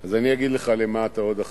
אז אני אגיד לך למה אתה עוד אחראי,